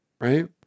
Right